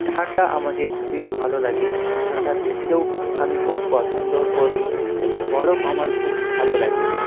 ঠাণ্ডা আমাকে খুবই ভালো লাগে এবং ঠাণ্ডা দেশকেও আমি খুব পছন্দ করি এবং বরফ আমার খুব ভালো লাগে